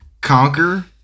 conquer